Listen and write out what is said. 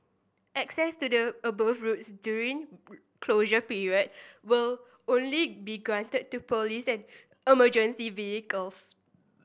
access to the above roads during closure period will only be granted to police and emergency vehicles